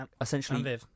essentially